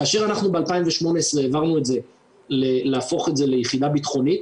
כאשר אנחנו ב-2018 העברנו את זה ליחידה ביטחונית,